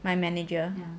my manager